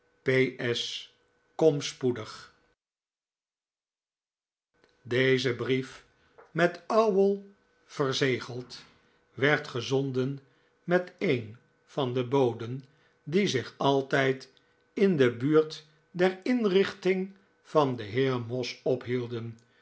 s kom spoedig deze brief met een ouwel verzegeld werd gezonden met een van de boden die zich altijd in de buurt der inrichting van den heer moss ophielden